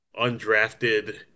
undrafted